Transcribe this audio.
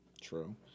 True